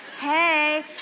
hey